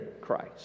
Christ